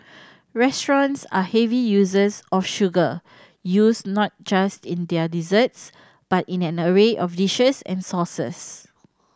restaurants are heavy users of sugar used not just in their desserts but in an array of dishes and sauces